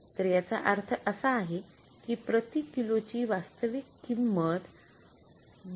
तर याचा अर्थ असा आहे की प्रति किलोची वास्तविक किंमत २